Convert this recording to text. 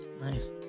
nice